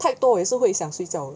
太多也是会想睡觉的